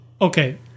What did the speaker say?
Okay